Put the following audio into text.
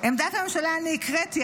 את עמדת הממשל אני הקראתי.